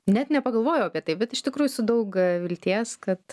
net nepagalvojau apie tai bet iš tikrųjų su daug vilties kad